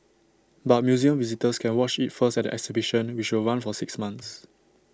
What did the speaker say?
but museum visitors can watch IT first at the exhibition which will run for six months